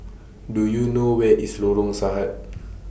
Do YOU know Where IS Lorong Sahad